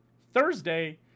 Thursday